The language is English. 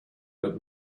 but